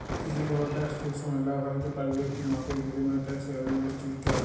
যদি কল টেকস ঠিক সময়ে লা ভ্যরতে প্যারবেক মাফীর বিলীময়ে টেকস এমলেসটি দ্যিতে হ্যয়